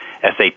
SAP